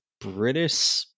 British